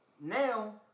Now